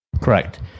Correct